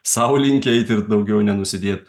sau linki eit ir daugiau nenusidėt